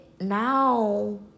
now